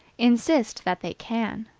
insist that they can.